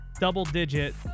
double-digit